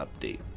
update